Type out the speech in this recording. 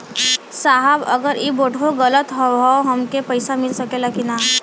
साहब अगर इ बोडखो गईलतऽ हमके पैसा मिल सकेला की ना?